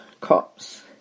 cops